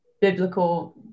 biblical